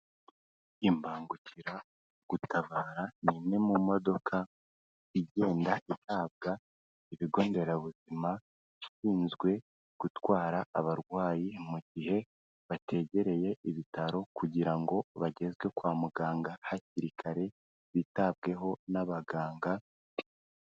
Imbangukira gutabara, ni imwe mu modoka igenda ihabwa ibigo nderabuzi, ishinzwe gutwara abarwayi mu gihe bategereye ibitaro, kugira ngo bagezwe kwa muganga hakiri kare bitabweho n'abaganga.